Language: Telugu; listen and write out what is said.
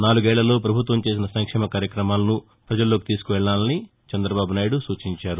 నాలుగేళ్లలో ప్రభుత్వం చేసిన సంక్షేమ కార్యక్రమాలను ప్రజల్లోకి తీసుకెళ్లాలని చంద్రబాబు నాయుడు సూచించారు